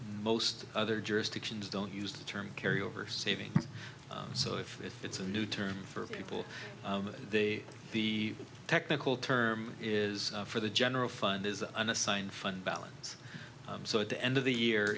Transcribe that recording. most other jurisdictions don't use the term carry over saving so if it's a new term for people they the technical term is for the general fund is unassigned fund balance so at the end of the year